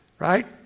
right